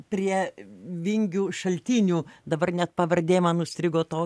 prie vingių šaltinių dabar net pavardė man užstrigo to